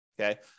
Okay